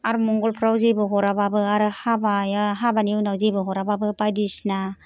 आथमंगलफ्राव जेबो हराबाबो आरो हाबानि उनाव जेबो हराबाबो बायदिसिना